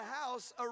house